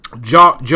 Joe